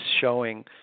showing